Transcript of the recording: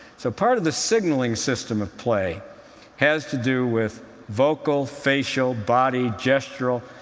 so part of the signaling system of play has to do with vocal, facial, body, gestural.